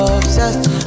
obsessed